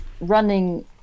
running